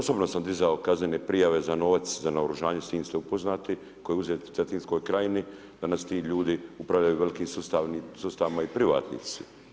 Osobno sam dizao kaznene prijave za novac za naoružanje, s tim ste upoznati koji je uzet Cetinskoj krajini, danas ti ljudi upravljaju velikim sustavima i privatnici.